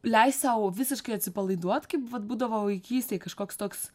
leist sau visiškai atsipalaiduot kaip vat būdavo vaikystėj kažkoks toks